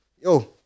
Yo